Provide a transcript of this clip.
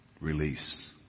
release